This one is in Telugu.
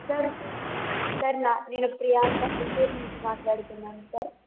సార్ సార్ నేను ప్రియాంక చిత్తూరు నుంచి మాట్లాడుతున్నాను సార్